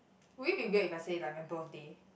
will it be weird if I say like my birthday